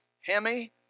Hemi